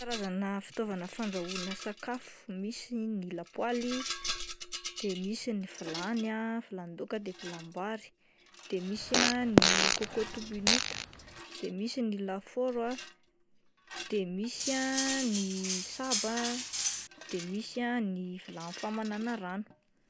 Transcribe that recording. Karazana fitaovana fandrahoana sakafo, misy ny lapoaly, de misy ny vilany ah vilanin-daoka de vilanim-bary, de misy ah ny cocôte minute, de misy ny lafaoro ah, de misy ah ny saba de misy ah ny vilany famanana rano.